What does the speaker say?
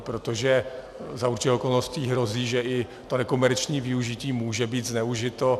Protože za určitých okolností hrozí, že i to nekomerční využití může být zneužito.